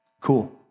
cool